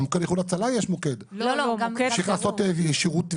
גם לאיחוד הצלה יש מוקד שצריך לעשות שירות וטיפול.